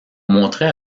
montrait